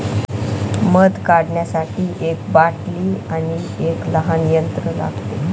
मध काढण्यासाठी एक बाटली आणि एक लहान यंत्र लागते